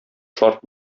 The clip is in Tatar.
шарт